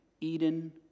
Eden